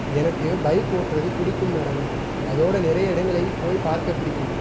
எனக்கு பைக் ஓட்டுறது பிடிக்கும் மேடம் அதோடு நிறைய இடங்களை போய் பார்க்க பிடிக்கும்